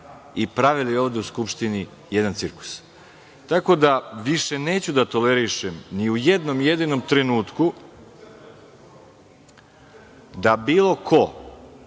i pravili ovde u Skupštini jedan cirkus. Tako da, više neću da tolerišem ni u jednom jedinom trenutku, da bilo ko